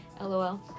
lol